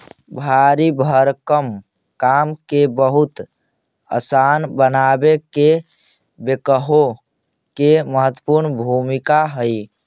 भारी भरकम काम के बहुत असान बनावे में बेक्हो के महत्त्वपूर्ण भूमिका हई